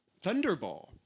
Thunderball